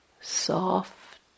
soft